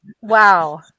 wow